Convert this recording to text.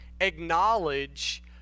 acknowledge